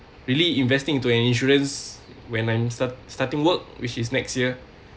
really investing into an insurance when I'm start starting work which is next year